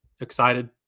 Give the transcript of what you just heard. excited